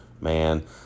man